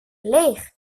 leeg